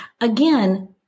Again